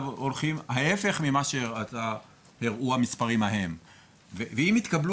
הולכים בכיוון ההיפך ממה שהראו המספרים ההם ואם יתקבלו